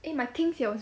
my 听写 was